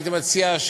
הייתי מציע,